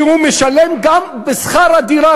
כי הוא משלם גם בשכר הדירה,